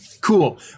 cool